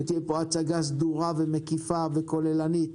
שתהיה פה הצגה סדורה ומקיפה וכוללנית